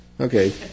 Okay